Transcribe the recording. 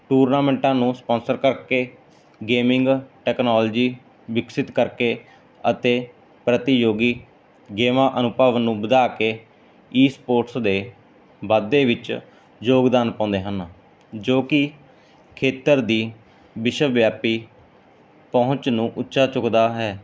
ਟੂਰਨਾਮੈਂਟਾਂ ਨੂੰ ਸਪੋਂਸਰ ਕਰਕੇ ਗੇਮਿੰਗ ਟੈਕਨੋਲਜੀ ਵਿਕਸਿਤ ਕਰਕੇ ਅਤੇ ਪ੍ਰਤੀਯੋਗੀ ਗੇਮਾਂ ਅਨੁਭਵ ਨੂੰ ਵਧਾ ਕੇ ਈ ਸਪੋਰਟਸ ਦੇ ਵਾਧੇ ਵਿੱਚ ਯੋਗਦਾਨ ਪਾਉਂਦੇ ਹਨ ਜੋ ਕੀ ਖੇਤਰ ਦੀ ਵਿਸ਼ਵ ਵਿਆਪੀ ਪਹੁੰਚ ਨੂੰ ਉੱਚਾ ਚੁੱਕਦਾ ਹੈ